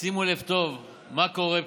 שימו לב טוב מה קורה פה: